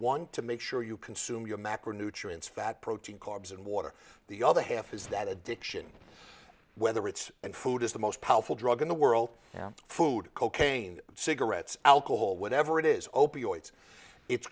one to make sure you consume your macronutrients fat protein carbs and water the other half is that addiction whether it's in food is the most powerful drug in the world food cocaine cigarettes alcohol whatever it is